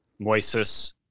Moises